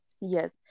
Yes